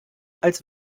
als